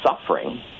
suffering